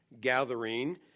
gathering